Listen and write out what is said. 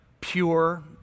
pure